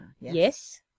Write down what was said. Yes